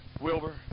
Wilbur